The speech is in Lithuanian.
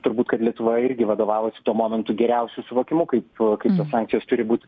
turbūt kad lietuva irgi vadovavosi tuo momentu geriausiu suvokimu kaip kaip tos sankcijos turi būt